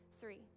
three